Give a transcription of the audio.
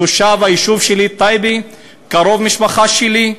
תושב היישוב שלי, טייבה, קרוב משפחה שלי.